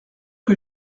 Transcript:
que